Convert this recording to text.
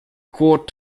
court